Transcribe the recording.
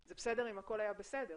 זה בסדר אם הכול היה בסדר,